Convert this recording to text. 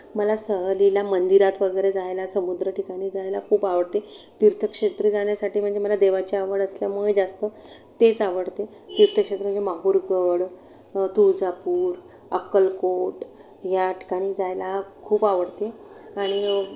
मला सहलीला मंदिरात वगैरे जायला समुद्र ठिकाणी जायला खूप आवडते तीर्थक्षेत्र जाण्यासाठी म्हणजे मला देवाची आवड असल्यामुळे जास्त तेच आवडते तीर्थक्षेत्र माहूरगड तुळजापूर अक्कलकोट या ठिकाणी जायला खूप आवडते आणि